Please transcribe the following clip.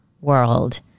world